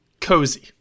cozy